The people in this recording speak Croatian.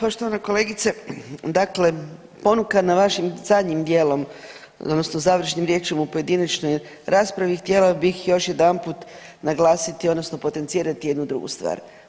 Poštovana kolegice, dakle ponukana vašim zadnjim dijelom odnosno završnim riječima u pojedinačnoj raspravi htjela bih još jedanput naglasiti odnosno potencirati jednu drugu stvar.